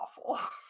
awful